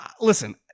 listen